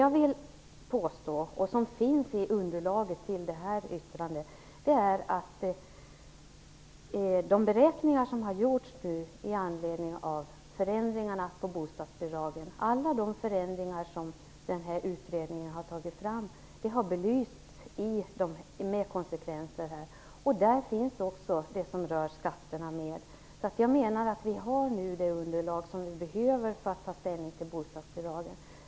Jag vill påstå - och det finns också med i underlaget till yttrandet - att de beräkningar som har gjorts i anledning av alla de förändringar i bostadsbidragen och konsekvenser som utredningen har tagit fram har belysts. Där finns också det som rör skatterna med. Jag menar alltså att vi nu har det underlag vi behöver för att kunna ta ställning till bostadsbidragen.